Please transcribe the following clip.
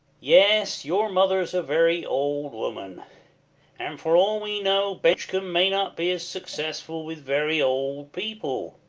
yes your mother's a very old woman and for all we know bencomb may not be as successful with very old people.